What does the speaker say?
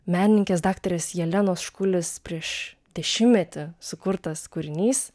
menininkės daktarės jelenos škulis prieš dešimtmetį sukurtas kūrinys